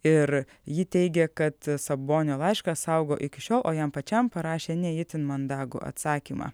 ir ji teigia kad sabonio laišką saugo iki šiol o jam pačiam parašė ne itin mandagų atsakymą